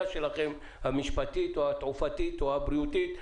המשפטית שלכם או התעופתית או הבריאותית,